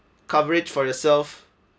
coverage for yourself